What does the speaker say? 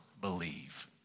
believe